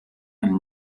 and